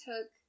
took